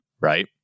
right